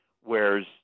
whereas